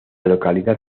localidad